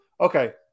okay